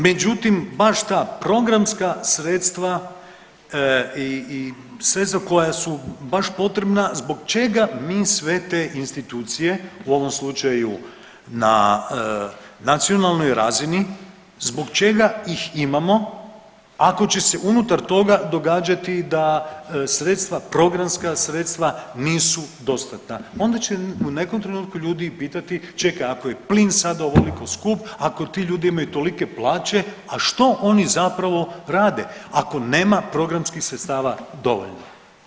Međutim baš ta programska sredstva i sredstva koja su baš potrebna zbog čega mi sve te institucije u ovom slučaju na nacionalnoj razini, zbog čega ih imamo ako će se unutar toga događati da sredstva, programska sredstva nisu dostatna, onda će u nekom trenutku ljudi pitati čekaj ako je plin sad ovoliko skup, ako ti ljudi imaju tolike plaće, a što oni zapravo rade ako nema programskih sredstava dovoljno.